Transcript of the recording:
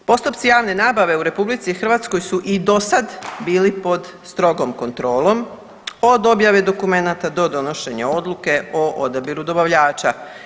Postupci javne nabave u RH su i dosad bili pod strogom kontrolom, od objave dokumenata do donošenja odluke o odabiru dobavljača.